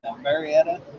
Marietta